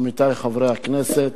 עמיתי חברי הכנסת,